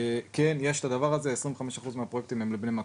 כן יש את הדבר הזה וכ-25% מהפרויקטים הם לבני מקום.